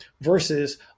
versus